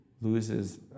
loses